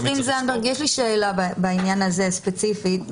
עו"ד זנדברג, יש לי שאלה ספציפית בעניין הזה.